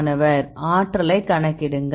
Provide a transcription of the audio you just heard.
மாணவர் ஆற்றலைக் கணக்கிடுங்கள்